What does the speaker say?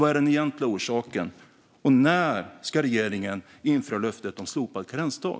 Vad är den egentliga orsaken, och när ska regeringen infria löftet om slopad karensdag?